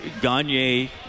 Gagne